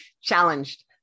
Challenged